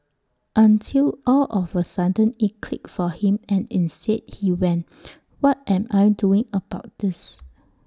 until all of A sudden IT clicked for him and instead he went what am I doing about this